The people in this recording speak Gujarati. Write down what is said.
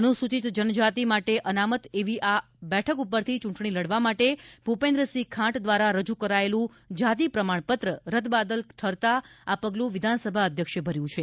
અનુસ્રચિત જનજાતિ માટે અનામત એવી આ બેઠક ઉપરથી ચૂંટણી લડવા માટે ભૂપેન્દ્રસિંહ ખાંટ દ્વારા રજૂ કરાયેલું જાતિ પ્રમાણપત્ર રદબાતલ ઠરતાં આ પગલું વિધાનસભા અધ્યક્ષે ભર્યું છે